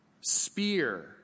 spear